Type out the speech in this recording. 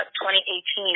2018